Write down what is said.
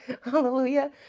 Hallelujah